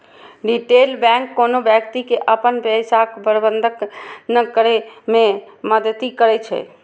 retail bank कोनो व्यक्ति के अपन पैसाक प्रबंधन करै मे मदति करै छै